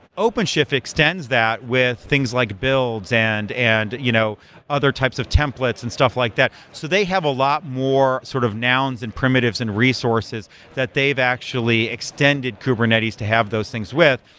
open shift extends that with things like build and and you know other types of templates and stuff like that. so they have a lot more sort of nouns and primitives and resources that they've actually extended kubernetes to have those things with,